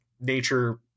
nature